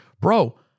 bro